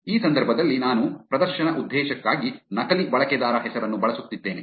ಈ ಸಂದರ್ಭದಲ್ಲಿ ನಾನು ಪ್ರದರ್ಶನ ಉದ್ದೇಶಕ್ಕಾಗಿ ನಕಲಿ ಬಳಕೆದಾರ ಹೆಸರನ್ನು ಬಳಸುತ್ತಿದ್ದೇನೆ